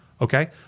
Okay